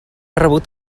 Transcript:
rebut